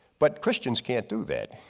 but christians can't do that.